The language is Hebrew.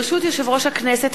ברשות יושב-ראש הכנסת,